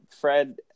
Fred